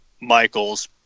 Michael's